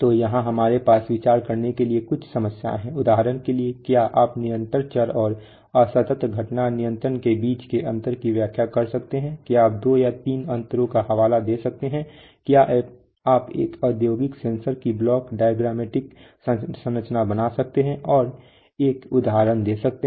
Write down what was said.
तो यहाँ हमारे पास विचार करने के लिए कुछ समस्याएँ हैं उदाहरण के लिए क्या आप निरंतर चर और असतत घटना नियंत्रण के बीच के अंतरों की व्याख्या कर सकते हैं क्या आप दो या तीन अंतरों का हवाला दे सकते हैं क्या आप एक औद्योगिक सेंसर की ब्लॉक डायग्राममैटिक संरचना बना सकते हैं और एक उदाहरण दे सकते हैं